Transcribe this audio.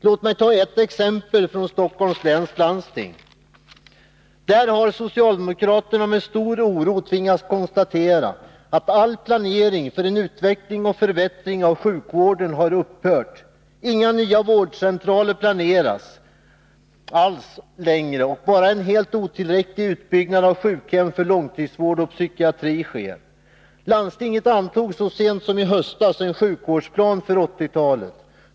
Låt mig ta ett exempel från Stockholms läns landsting. Socialdemokraterna har där med stor oro tvingats konstatera att all planering för en utveckling och förbättring av sjukvården har upphört. Inga nya vårdcentraler planeras alls längre, och det sker bara en helt otillräcklig utbyggnad av sjukhem för långtidsvård och psykiatri. Landstinget antog så sent som i höstas en sjukvårdsplan för 1980-talet.